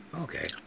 okay